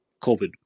COVID